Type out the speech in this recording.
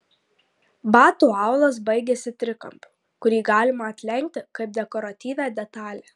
bato aulas baigiasi trikampiu kurį galima atlenkti kaip dekoratyvią detalę